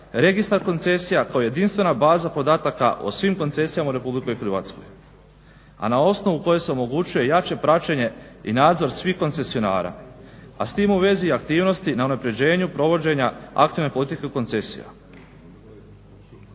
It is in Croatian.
registar koncesija kao jedinstvena baza podataka o svim koncesijama u Republici Hrvatskoj, a na osnovu koje se omogućuje jače praćenje i nadzor svih koncesionara, a s tim u vezi i aktivnosti na unapređenju provođenja aktivne politike koncesija.